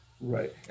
Right